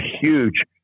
huge